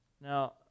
Now